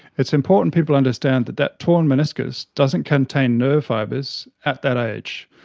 it's important people understand that that torn meniscus doesn't contain nerve fibres at that age.